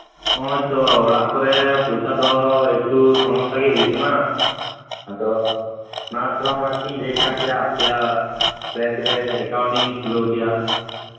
ᱱᱚᱜ ᱚᱭ ᱛᱚ ᱚᱲᱟᱜ ᱠᱚᱨᱮᱜ ᱯᱚᱭᱥᱟ ᱫᱚ ᱮᱠᱴᱩ ᱥᱚᱢᱚᱥᱥᱟ ᱜᱮ ᱦᱩᱭᱩᱜ ᱠᱟᱱᱟ ᱟᱫᱚ ᱚᱱᱟ ᱛᱷᱚᱲᱟᱧ ᱞᱟᱹᱭ ᱮᱫ ᱠᱟᱱ ᱛᱟᱸᱦᱮᱱᱟ ᱟᱯᱮᱭᱟᱜ ᱵᱮᱝᱠ ᱨᱮ ᱮᱠᱟᱩᱱᱴ ᱤᱧ ᱠᱷᱩᱞᱟᱹᱣ ᱠᱮᱭᱟ